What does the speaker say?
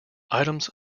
items